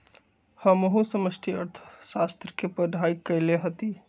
हमहु समष्टि अर्थशास्त्र के पढ़ाई कएले हति